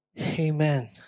Amen